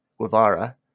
Guevara